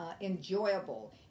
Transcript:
enjoyable